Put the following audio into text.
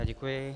Děkuji.